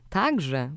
także